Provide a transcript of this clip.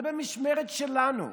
זה במשמרת שלנו.